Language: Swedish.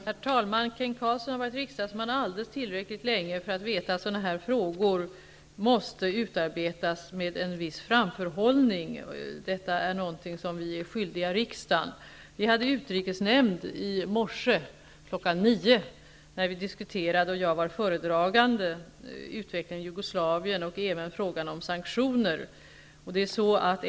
Herr talman! Kent Carlsson har varit riksdagsman tillräckligt länge för att veta att svaren på sådana här frågor måste utarbetas med en viss framförhållning. Detta är något vi är skyldiga riksdagen. Vi hade sammanträde med utrikesnämnden i morse kl. 9.00. Jag var då föredragande, och vi diskuterade utvecklingen i Jugoslavien och även frågan om sanktioner.